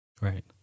Right